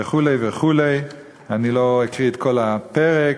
וכו' וכו'; אני לא אקריא את כל הפרק,